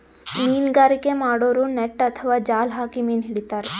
ಮೀನ್ಗಾರಿಕೆ ಮಾಡೋರು ನೆಟ್ಟ್ ಅಥವಾ ಜಾಲ್ ಹಾಕಿ ಮೀನ್ ಹಿಡಿತಾರ್